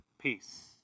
peace